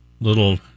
little